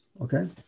Okay